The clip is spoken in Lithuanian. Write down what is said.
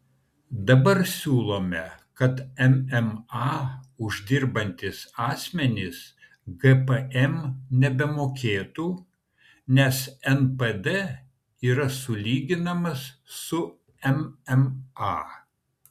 dabar siūlome kad mma uždirbantys asmenys gpm nebemokėtų nes npd yra sulyginamas su mma